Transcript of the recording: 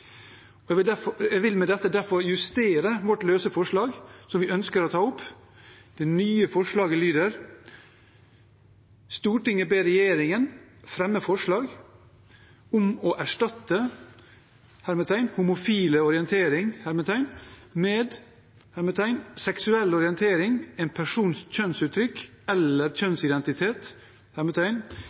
Jeg vil med dette derfor justere vårt forslag nr. 1, som vi ønsker å ta opp. Forslaget lyder nå: «Stortinget ber regjeringen fremme forslag om å erstatte «homofile orientering» med «seksuell orientering, en persons kjønnsuttrykk eller kjønnsidentitet»